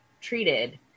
treated